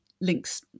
links